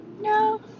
No